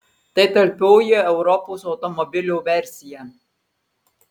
tai talpioji europos automobilio versija